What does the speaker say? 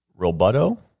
Roboto